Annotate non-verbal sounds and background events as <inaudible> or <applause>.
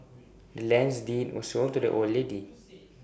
the land's deed was sold to the old lady <noise>